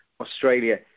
Australia